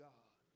God